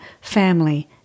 family